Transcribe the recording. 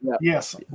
Yes